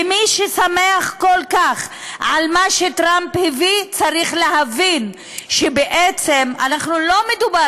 ומי ששמח כל כך על מה שטראמפ הביא צריך להבין שבעצם לא מדובר